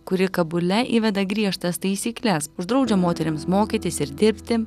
kuri kabule įveda griežtas taisykles uždraudžia moterims mokytis ir dirbti